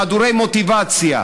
חדורי מוטיבציה,